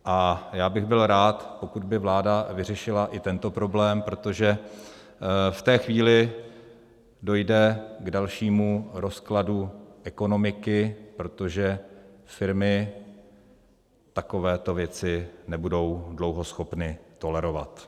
A já bych byl rád, pokud by vláda vyřešila i tento problém, protože v té chvíli dojde k dalšímu rozkladu ekonomiky, protože firmy takovéto věci nebudou dlouho schopny tolerovat.